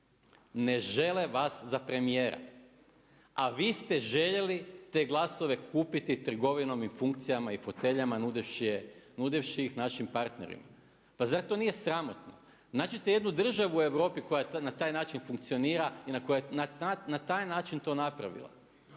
ne žele vas za premijera, a vi ste željeli te glasove kupiti trgovinom i funkcijama i foteljama nudivši je, nudivši ih, našim partnerima pa zar to nije sramotno? Nađite jednu državu u Europi koja na taj način funkcionira i na taj način to napravila.